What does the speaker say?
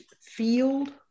field